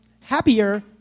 happier